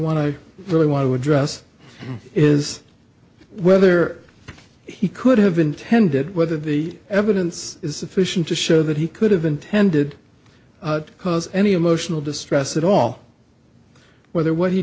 one i really want to address is whether he could have intended whether the evidence is sufficient to show that he could have intended to cause any emotional distress at all whether what he